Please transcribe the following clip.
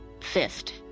fist